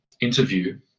interview